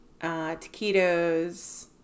taquitos